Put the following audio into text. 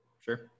Sure